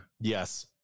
Yes